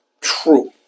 true